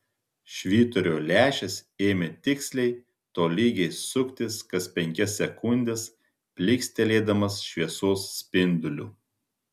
švyturio lęšis ėmė tiksliai tolygiai suktis kas penkias sekundes plykstelėdamas šviesos spinduliu